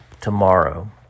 tomorrow